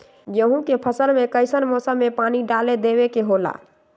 गेहूं के फसल में कइसन मौसम में पानी डालें देबे के होला?